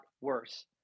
worse